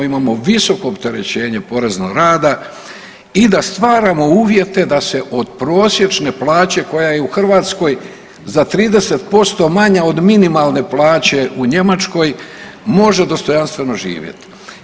Imamo visoko opterećenje poreznog rada i da stvaramo uvjete da se od prosječne plaće koja je u Hrvatskoj za 30% manja od minimalne plaće u Njemačkoj može dostojanstveno živjeti.